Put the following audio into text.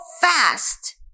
fast